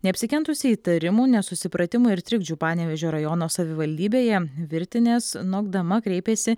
neapsikentusi įtarimų nesusipratimų ir trikdžių panevėžio rajono savivaldybėje virtinės nodama kreipėsi